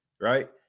right